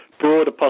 broader